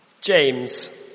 James